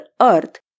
Earth